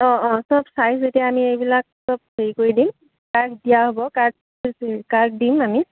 অঁ অঁ চব যেতিয়া আমি এইবিলাক চব হেৰি কৰি দিম কাৰ্ড দিয়া হ'ব কাৰ্ড কাৰ্ড দিম আমি